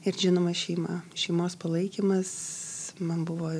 ir žinoma šeima šeimos palaikymas man buvo